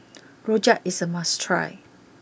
Rojak is a must try